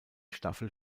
staffel